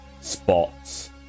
spots